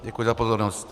Děkuji za pozornost.